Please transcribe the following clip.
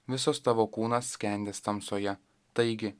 visas tavo kūnas skendės tamsoje taigi